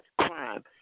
crime